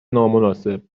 نامناسب